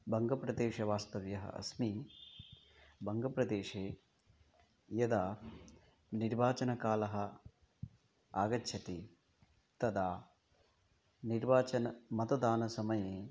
बङ्गप्रदेशवास्तव्यः अस्मि बङ्गप्रदेशे यदा निर्वाचनकालः आगच्छति तदा निर्वाचनमतदानसमये